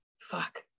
fuck